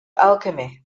alchemy